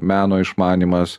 meno išmanymas